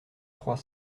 trois